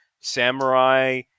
samurai